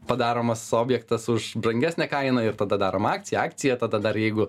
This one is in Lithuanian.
padaromas objektas už brangesnę kainą ir tada darom akciją akciją tada dar jeigu